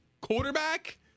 quarterback